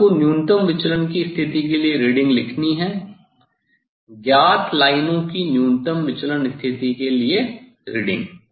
अब यहां आपको न्यूनतम विचलन की स्थिति के लिए रीडिंग लिखनी है ज्ञात लाइनों की न्यूनतम विचलन स्थिति के लिए रीडिंग